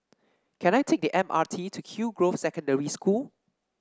can I take the M R T to Hillgrove Secondary School